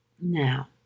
Now